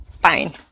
fine